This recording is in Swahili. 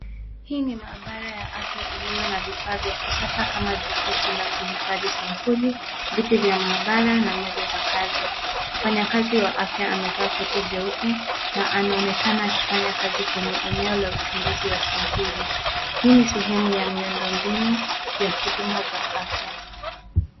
Hii ni maabara ya afya iliyo na vifaa vya kisasa kama jokofu la kuhifadhi sampuli, viti vya maabara na meza za kazi. Mfanyakazi wa afya amevaa koti jeupe na anaonekana akifanya kazi kwenye eneo la uchunguzi wa sampuli. Hii ni sehemu ya miundo mbinu ya huduma za afya.